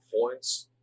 points